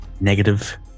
negative